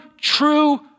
true